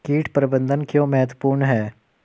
कीट प्रबंधन क्यों महत्वपूर्ण है?